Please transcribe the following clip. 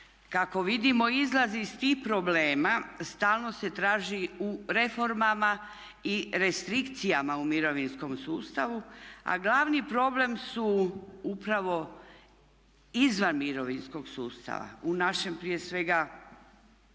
kako vidimo izlaz iz tih problema stalno se traži u reformama i restrikcijama u mirovinskom sustavu, a glavni problem su upravo izvan mirovinskog sustava. U našem prije svega